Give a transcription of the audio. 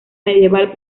medieval